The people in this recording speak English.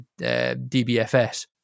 DBFS